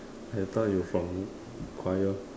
I thought you from choir